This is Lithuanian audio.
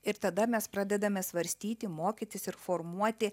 ir tada mes pradedame svarstyti mokytis ir formuoti